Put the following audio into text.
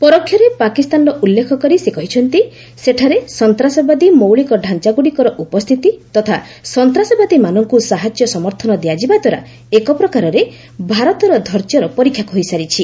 ପରୋକ୍ଷରେ ପାକିସ୍ତାନର ଉଲ୍ଲେଖ କରି ସେ କହିଛନ୍ତି ସେଠାରେ ସନ୍ତାସବାଦୀ ମୌଳିକ ଢ଼ାଞ୍ଚା ଗୁଡ଼ିକର ଉପସ୍ଥିତି ତଥା ସନ୍ତାସବାଦୀମାନଙ୍କୁ ସାହାର୍ଯ୍ୟ ସମର୍ଥନ ଦିଆଯିବା ଦ୍ୱାରା ଏକପ୍ରକାରରେ ଭାରତର ଧୈର୍ଯ୍ୟର ପରୀକ୍ଷା ହୋଇସାରିଛି